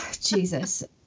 Jesus